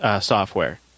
software